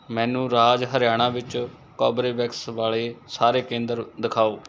ਮੈਨੂੰ ਰਾਜ ਹਰਿਆਣਾ ਵਿੱਚ ਕੋਬਰੇਵੈਕਸ ਵਾਲ਼ੇ ਸਾਰੇ ਕੇਂਦਰ ਦਿਖਾਓ